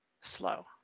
slow